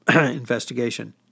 investigation